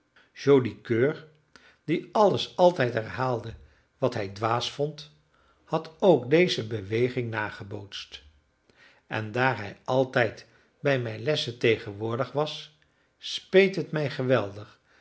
joli coeur die alles altijd herhaalde wat hij dwaas vond had ook deze beweging nagebootst en daar hij altijd bij mijn lessen tegenwoordig was speet het mij geweldig